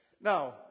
Now